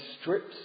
strips